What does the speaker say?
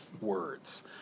words